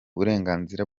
burenganzira